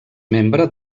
membre